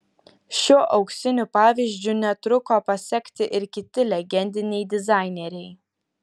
šiuo auksiniu pavyzdžiu netruko pasekti ir kiti legendiniai dizaineriai